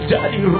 Daddy